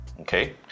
okay